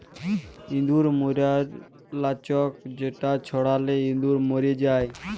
ইঁদুর ম্যরর লাচ্ক যেটা ছড়ালে ইঁদুর ম্যর যায়